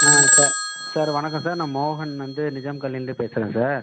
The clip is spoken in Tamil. ஆ சார் சார் வணக்கம் சார் நான் மோகன் வந்து நிஜாம் காலனிலேருந்து பேசுகிறேன் சார்